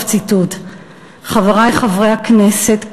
חברי חברי הכנסת,